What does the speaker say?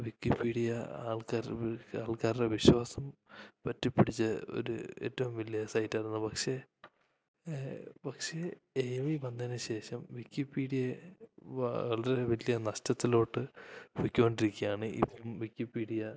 Wikipedia ആൾക്കാർ ഉപയോഗിക്കാൻ ആൾക്കാരുടെ വിശ്വാസം പറ്റിപ്പിടിച്ച് ഒരു ഏറ്റോം വലിയ സൈറ്റാര്ന്നു പക്ഷേ പക്ഷേ ഏ വി വന്നതിന് ശേഷം വിക്കിപ്പീഡ്യേ വളരെ വലിയ നഷ്ടത്തിലോട്ട് പോയി കൊണ്ടിരിക്കുക ആണ് ഇപ്പം വിക്കിപ്പീഡിയ